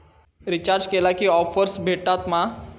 Recharge केला की offers भेटात मा?